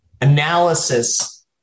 analysis